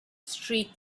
streak